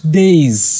days